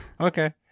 Okay